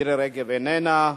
מירי רגב, איננה,